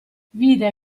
vide